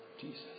Jesus